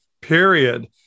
period